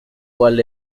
cuál